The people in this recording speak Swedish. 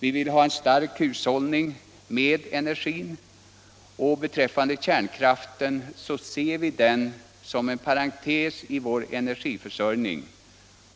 Vi vill ha en stark hushållning med energi. Beträffande kärnkraften ser vi den som en parentes i vår energiförsörjning,